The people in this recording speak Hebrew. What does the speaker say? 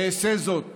אעשה זאת